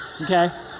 okay